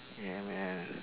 yeah man